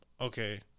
Okay